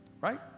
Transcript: right